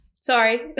sorry